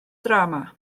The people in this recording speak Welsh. drama